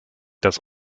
das